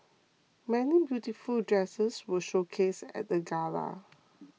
many beautiful dresses were showcased at the gala